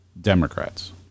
Democrats